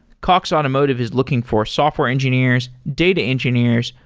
cox automotive is looking for software engineers, data engineers,